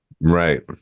right